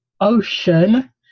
ocean